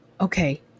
okay